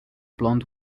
blond